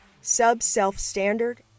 sub-self-standard